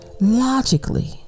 logically